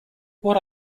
what